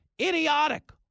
idiotic